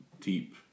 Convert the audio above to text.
deep